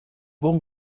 bom